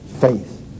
faith